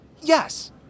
Yes